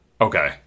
Okay